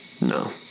no